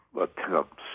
attempts